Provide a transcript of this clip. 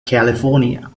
california